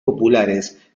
populares